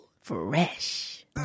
fresh